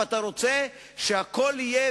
ואתה רוצה שהכול יהיה,